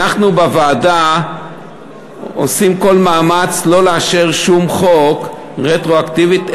אנחנו בוועדה עושים כל מאמץ שלא לאשר שום חוק רטרואקטיבית,